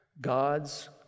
God's